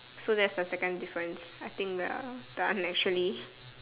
so that's the second difference I think the the unnaturally